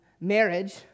marriage